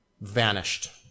vanished